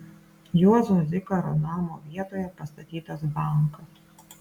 juozo zikaro namo vietoje pastatytas bankas